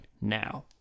now